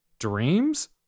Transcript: Dreams